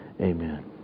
Amen